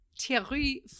Thierry